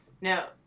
no